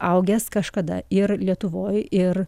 augęs kažkada ir lietuvoj ir